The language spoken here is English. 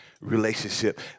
relationship